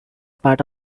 part